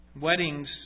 Weddings